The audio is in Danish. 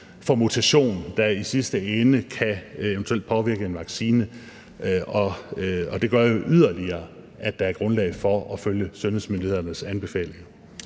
for mutation, der i sidste ende eventuelt kan påvirke en vaccine, og det gør yderligere, at der er grundlag for at følge sundhedsmyndighedernes anbefalinger.